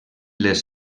les